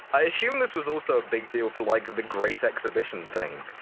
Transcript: i assume this was also a big deal for, like, the great exhibition thing.